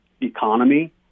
economy